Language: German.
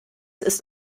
ist